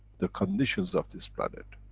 the conditions of this planet?